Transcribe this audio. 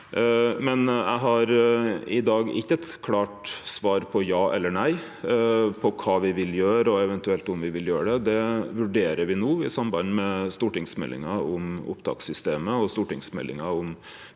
men eg har i dag ikkje eit klart ja- eller nei-svar på kva me vil gjere, og eventuelt om me vil gjere det. Det vurderer me no i samband med stortingsmeldinga om opptakssystemet og stortingsmeldinga om